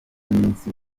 iminsi